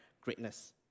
greatness